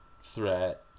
threat